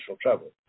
travel